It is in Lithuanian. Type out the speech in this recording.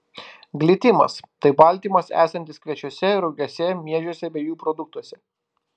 glitimas tai baltymas esantis kviečiuose rugiuose miežiuose bei jų produktuose